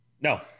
No